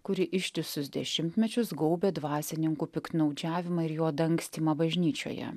kuri ištisus dešimtmečius gaubė dvasininkų piktnaudžiavimą ir jo dangstymą bažnyčioje